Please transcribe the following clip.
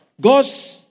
God's